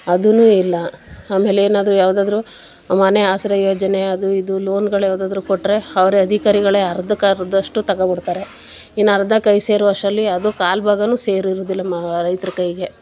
ಅದೂ ಇಲ್ಲ ಆಮೇಲೆ ಏನಾದರೂ ಯಾವುದಾದ್ರು ಮನೆ ಆಸರೆ ಯೋಜನೆ ಅದು ಇದು ಲೋನ್ಗಳು ಯಾವುದಾದ್ರು ಕೊಟ್ಟರೆ ಅವರೇ ಅಧಿಕಾರಿಗಳೇ ಅರ್ಧಕ್ಕರ್ಧದಷ್ಟು ತಗೊಂಡ್ಬಿಡ್ತಾರೆ ಇನ್ನರ್ಧ ಕೈ ಸೇರೋ ಅಷ್ಟರಲ್ಲಿ ಅದು ಕಾಲು ಭಾಗವೂ ಸೇರಿರೋದಿಲ್ಲ ಮಾ ರೈತ್ರ ಕೈಗೆ